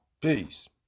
Peace